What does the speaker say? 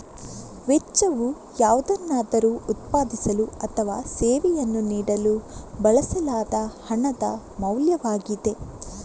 ವೆಚ್ಚವು ಯಾವುದನ್ನಾದರೂ ಉತ್ಪಾದಿಸಲು ಅಥವಾ ಸೇವೆಯನ್ನು ನೀಡಲು ಬಳಸಲಾದ ಹಣದ ಮೌಲ್ಯವಾಗಿದೆ